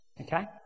Okay